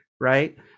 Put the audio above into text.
right